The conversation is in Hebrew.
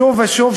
שוב ושוב,